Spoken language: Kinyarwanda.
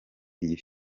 iyi